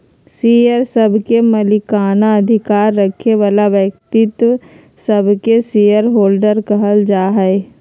share सभके मलिकना अधिकार रखे बला व्यक्तिय सभके शेयर होल्डर कहल जाइ छइ